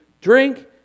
drink